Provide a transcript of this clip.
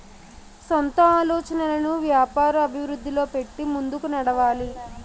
సొంత ఆలోచనలను వ్యాపార అభివృద్ధిలో పెట్టి ముందుకు నడవాలి